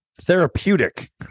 Therapeutic